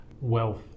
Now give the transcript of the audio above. Wealth